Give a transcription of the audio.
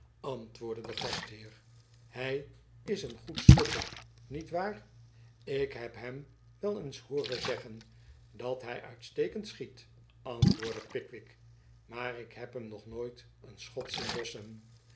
antwoordde de gastheer hij is een goed schutter niet waar ik heb hem wel eens hooren zeggen dat hij uitstekend schiet antwoordde pickwick maar ik heb hem nog nooit een schot zien lossen